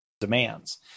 demands